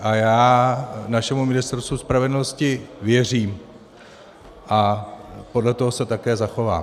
A já našemu Ministerstvu spravedlnosti věřím a podle toho se také zachovám.